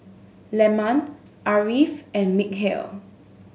Leman Ariff and Mikhail